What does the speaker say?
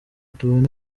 tubone